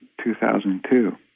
2002